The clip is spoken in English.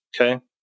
Okay